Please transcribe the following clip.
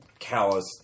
callous